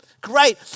great